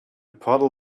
puddle